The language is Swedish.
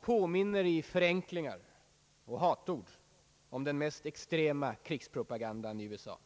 påminner i förenklingar och hatord om den mest extrema krigspropagandan i USA.